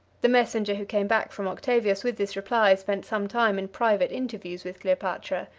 the messenger who came back from octavius with this reply spent some time in private interviews with cleopatra.